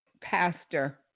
pastor